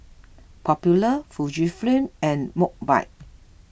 Popular Fujifilm and Mobike